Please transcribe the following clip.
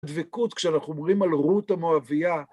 דבקות כשאנחנו אומרים על רות המואבייה.